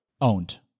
owned